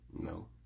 No